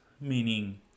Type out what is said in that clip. meaning